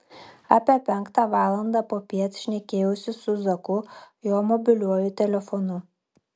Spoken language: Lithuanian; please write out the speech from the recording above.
apie penktą valandą popiet šnekėjausi su zaku jo mobiliuoju telefonu